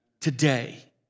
today